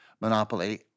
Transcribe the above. monopoly